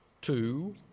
two